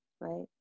right